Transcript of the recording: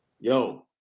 Yo